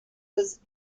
was